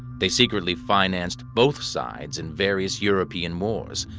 they secretly financed both sides in various european wars,